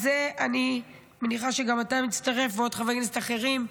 אני מניחה שגם אתה מצטרף ועוד חברי הכנסת אחרים.